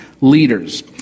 leaders